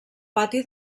pati